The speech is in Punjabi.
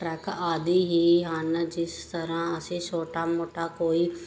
ਟਰੱਕ ਆਦਿ ਹੀ ਹਨ ਜਿਸ ਤਰ੍ਹਾਂ ਅਸੀਂ ਛੋਟਾ ਮੋਟਾ ਕੋਈ